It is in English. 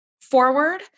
forward